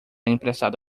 emprestado